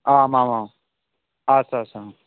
आम् आम् आम् अस्तु अस्तु आम्